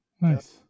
Nice